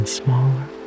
smaller